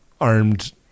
armed